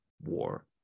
war